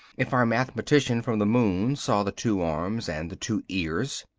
if our mathematician from the moon saw the two arms and the two ears,